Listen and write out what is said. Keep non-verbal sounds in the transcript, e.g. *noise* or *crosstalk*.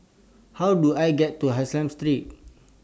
How Do I get to *unintelligible* Street